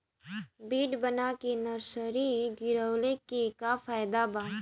Bed बना के nursery गिरवले के का फायदा बा?